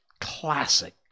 classic